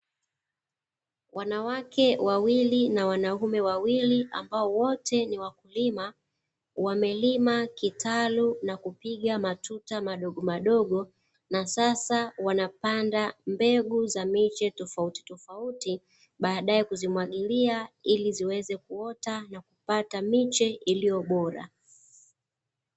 Wanawake wawili na wanaume wawili, ambao wote ni wakulima, wamelima kitaru na kupiga matuta madogo madogo, na sasa wanapanda mbegu za miche tofautitofauti baadae kuzimwagilia ili ziweze kuota na kupata miche iliyo bora.